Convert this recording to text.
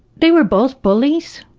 they were both bullies.